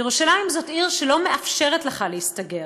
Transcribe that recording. ירושלים היא עיר שלא מאפשרת לך להסתגר,